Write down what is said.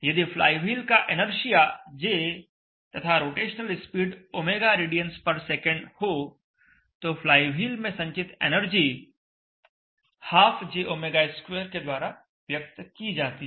यदि फ्लाईव्हील का inertia J तथा rotational speed ω radians per second हो तो फ्लाईव्हील में संचित एनर्जी ½Jω2 के द्वारा व्यक्त की जाती है